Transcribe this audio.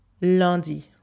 lundi